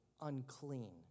unclean